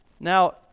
Now